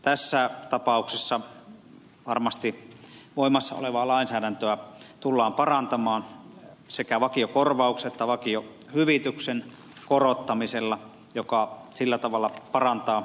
tässä tapauksessa varmasti voimassa olevaa lainsäädäntöä tullaan parantamaan sekä vakiokorvauksen että vakiohyvityksen korottamisella mikä sillä tavalla parantaa kuluttajan oikeuksia